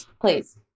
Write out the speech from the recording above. please